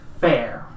fair